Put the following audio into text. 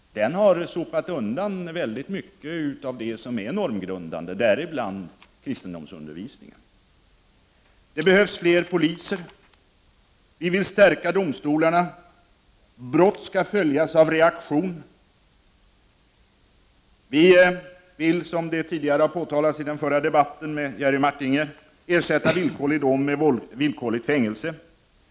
Den har sopat undan mycket av det som är normgrundande, däribland kristendomsundervisningen. Det behövs fler poliser. Vi vill stärka domstolarna. Brott skall följas av reaktion. Vi vill, som har påpekats av Jerry Martinger i den förra debatten, ersätta villkorlig dom med fängelse.